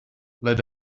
let